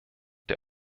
der